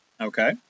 Okay